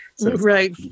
right